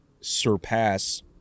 surpass